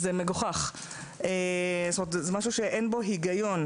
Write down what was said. זה מגוחך, משהו שאין בו היגיון.